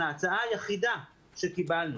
ההצעה היחידה שקיבלנו,